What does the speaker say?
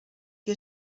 que